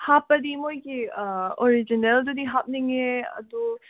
ꯍꯥꯞꯄꯗꯤ ꯃꯣꯏꯒꯤ ꯑꯣꯔꯤꯖꯤꯅꯦꯜꯗꯨꯗꯤ ꯍꯥꯞꯅꯤꯡꯉꯦ ꯑꯗꯣ